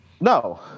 No